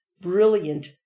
brilliant